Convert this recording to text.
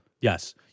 Yes